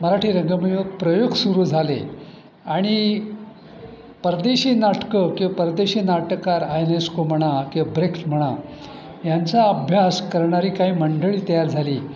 मराठी रंगमीवर प्रयोग सुरू झाले आणि परदेशी नाटकं किंवा परदेशी नाटककार आयनेस्को म्हणा किंवा ब्रेख्त म्हणा यांचा अभ्यास करणारी काही मंडळी तयार झाली